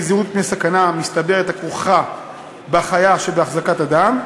זהירות מפני סכנה מסתברת הכרוכה בחיה שבהחזקת אדם,